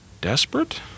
Desperate